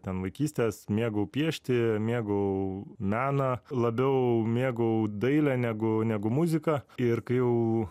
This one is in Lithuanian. ten vaikystės mėgau piešti mėgau meną labiau mėgau dailę negu negu muziką ir kai jau